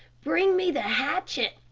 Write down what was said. bring me the hatchet.